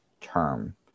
term